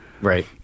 Right